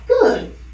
good